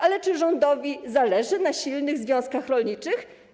Ale czy rządowi zależy na silnych związkach rolniczych?